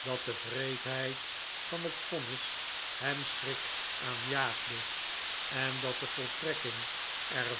dat de wreedheid van het vonnis hem schrik aanjaagde en dat de voltrekking er